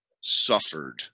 suffered